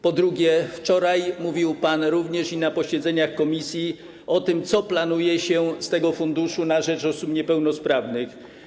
Po drugie, wczoraj mówił pan również na posiedzeniach komisji o tym, co planuje się z tego Funduszu na Rzecz Osób Niepełnosprawnych.